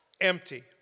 empty